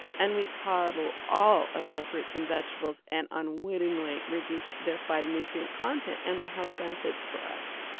and we coddle all of our fruits and vegetables and unwittingly reduce their phytonutrient content and their health benefits for us